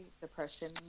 depression